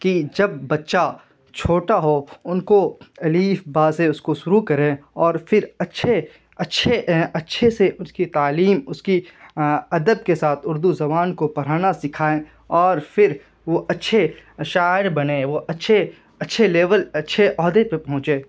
کہ جب بچہ چھوٹا ہو ان کو الف با سے اس کو شروع کریں اور پھر اچھے اچھے اچھے سے اس کی تعلیم اس کی عدد کے ساتھ اردو زبان کو پڑھانا سکھائیں اور پھر وہ اچھے شاعر بنیں وہ اچھے اچھے لیول اچھے عہدے پہ پہنچے